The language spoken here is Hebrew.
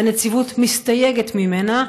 והנציבות מסתייגת ממנה.